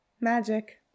Magic